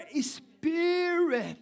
spirit